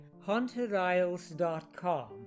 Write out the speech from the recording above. HauntedIsles.com